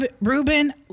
Ruben